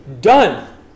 Done